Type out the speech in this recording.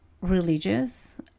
religious